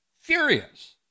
furious